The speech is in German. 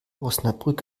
osnabrück